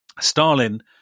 Stalin